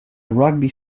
rugby